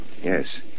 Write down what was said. Yes